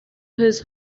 his